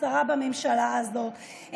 כשרה בממשלה הזאת,